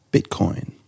Bitcoin